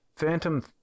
phantom